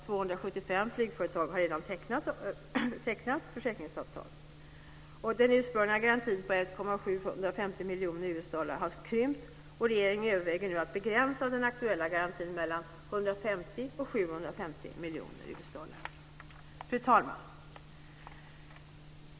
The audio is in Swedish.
275 flygföretag har redan tecknat försäkringsavtal. Den ursprungliga garantin på 1 750 miljoner US-dollar har krympt, och regeringen överväger nu att begränsa den aktuella garantin mellan 150 och 750 Fru talman!